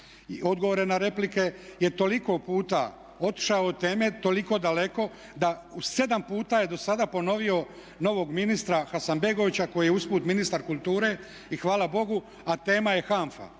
odgovore na replike je toliko puta otišao od teme toliko daleko da u sedam puta je dosada ponovio novog ministra Hasanbegovića koji je usput ministar kulture i hvala Bogu a tema je HANFA.